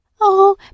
Oh